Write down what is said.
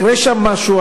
יקרה שם משהו,